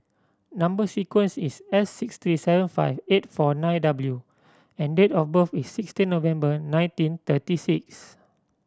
number sequence is S six three seven five eight four nine W and date of birth is sixteen November nineteen thirty six